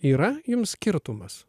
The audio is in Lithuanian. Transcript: yra jum skirtumas